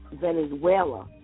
Venezuela